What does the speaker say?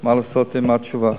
מה לעשות עם התשובה.